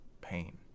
pain